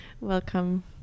Welcome